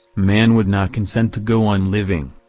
man would not consent to go on living,